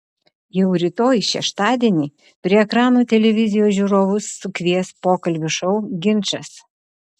jau rytoj šeštadienį prie ekranų televizijos žiūrovus sukvies pokalbių šou ginčas